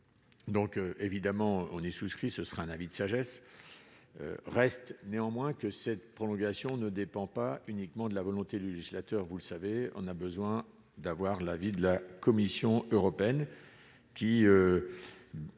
donc évidemment on ait souscrit ce sera un avis de sagesse reste néanmoins que cette prolongation ne dépend pas uniquement de la volonté du législateur, vous le savez, on a besoin d'avoir l'avis de la Commission européenne, qui